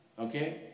Okay